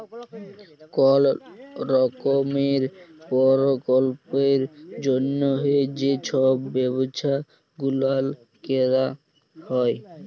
call রকমের পরকল্পের জ্যনহে যে ছব ব্যবছা গুলাল ক্যরা হ্যয়